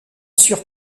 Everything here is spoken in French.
sur